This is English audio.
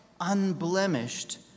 unblemished